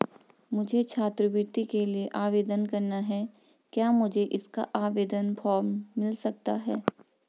मुझे छात्रवृत्ति के लिए आवेदन करना है क्या मुझे इसका आवेदन फॉर्म मिल सकता है?